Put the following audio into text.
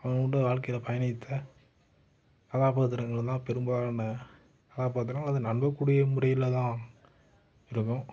அவனோடய வாழ்க்கையில் பயணித்த கதாபாத்திரங்கள்லாம் பெரும்பாலான கதாபாத்திரம் அது நம்பக்கூடிய முறையில்தான் இருக்கும்